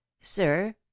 sir